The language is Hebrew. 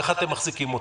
איך אתם מחזיקים אותו?